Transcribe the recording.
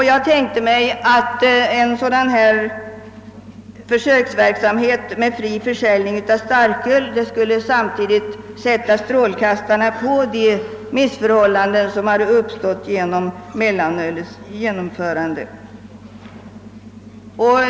Jag tänkte mig att en försöksverksamhet med fri försäljning av starköl samtidigt skulle sätta strålkastarna på de missförhållanden som hade uppstått genom mellanölets införande.